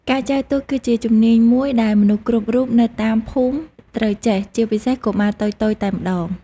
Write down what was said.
ការចែវទូកគឺជាជំនាញមួយដែលមនុស្សគ្រប់រូបនៅតាមភូមិត្រូវចេះ ជាពិសេសកុមារតូចៗតែម្ដង។